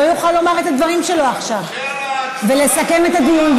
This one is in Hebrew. לא יוכל לומר את הדברים שלו עכשיו ולסכם את הדיון.